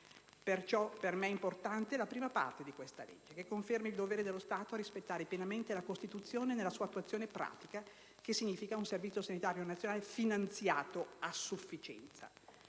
questo per me è importante la prima parte di questa legge, che conferma il dovere dello Stato a rispettare pienamente la Costituzione, il che, nella sua attuazione pratica, significa un Servizio sanitario nazionale finanziato a sufficienza.